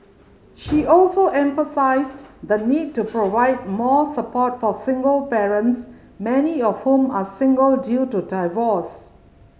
she also emphasised the need to provide more support for single parents many of whom are single due to divorce